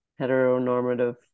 heteronormative